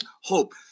hope